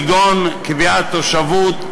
כגון קביעת תושבות,